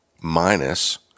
minus